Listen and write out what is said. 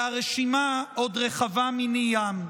והרשימה עוד רחבה מני ים.